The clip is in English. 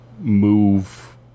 move